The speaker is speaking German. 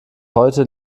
heute